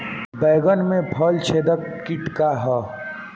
बैंगन में फल छेदक किट का ह?